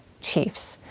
chiefs